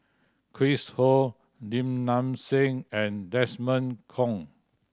Chris Ho Lim Nang Seng and Desmond Kon